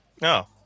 No